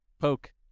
poke